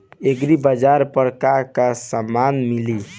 एग्रीबाजार पर का का समान मिली?